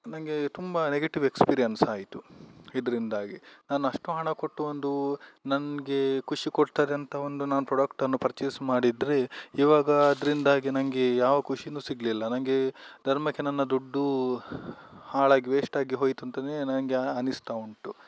ನನಗೆ ತುಂಬ negative experience ಆಯಿತು ಇದರಿಂದಾಗಿ ನಾನು ಅಷ್ಟು ಹಣ ಕೊಟ್ಟು ಒಂದೂ ನನಗೆ ಖುಷಿ ಕೊಡ್ತಾರಂತ ಒಂದು ನಾನು ಪ್ರೊಡಕ್ಟ್ ಅನ್ನು ಪರ್ಚೇಸ್ ಮಾಡಿದರೆ ಇವಾಗ ಅದರಿಂದಾಗಿ ನನಗೆ ಯಾವ ಖುಷಿಯೂ ಸಿಗಲಿಲ್ಲ ನನಗೆ ಧರ್ಮಕ್ಕೆ ನನ್ನ ದುಡ್ಡು ಹಾಳಾಗಿ ವೇಸ್ಟಾಗಿ ಹೋಯಿತು ಅಂತಲೇ ನನಗೆ ಅನ್ನಿಸ್ತಾ ಉಂಟು